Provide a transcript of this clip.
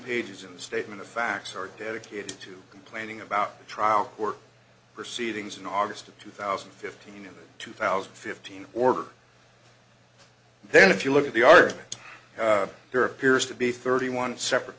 pages in the statement of facts are dedicated to complaining about the trial court proceedings in august of two thousand and fifteen in the two thousand and fifteen order then if you look at the argument there appears to be thirty one separate